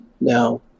Now